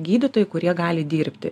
gydytojai kurie gali dirbti